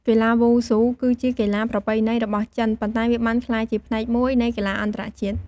កីឡាវ៉ូស៊ូគឺជាកីឡាប្រពៃណីរបស់ចិន ប៉ុន្តែវាបានក្លាយជាផ្នែកមួយនៃកីឡាអន្តរជាតិ។